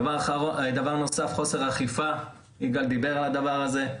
דבר נוסף, חוסר אכיפה, יגאל דיבר על הדבר הזה.